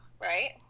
right